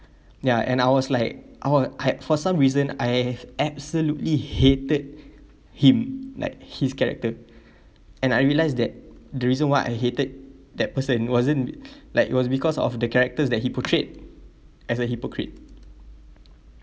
ya and I was like I wa~ I for some reason I absolutely hated him like his character and I realise that the reason why I hated that person wasn't like it was because of the characters that he portrayed as a hypocrite